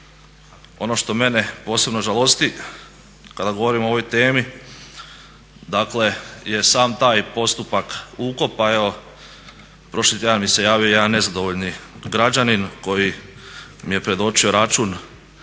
Ono što mene posebno žalosti kada govorimo o ovoj temi dakle je sam taj postupak ukopa, evo prošli tjedan mi se javio jedan nezadovoljni građanin koji mi je predočio račun